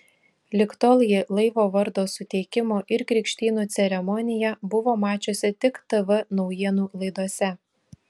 lig tol ji laivo vardo suteikimo ir krikštynų ceremoniją buvo mačiusi tik tv naujienų laidose